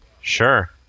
Sure